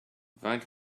faint